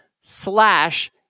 slash